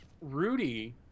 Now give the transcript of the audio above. Rudy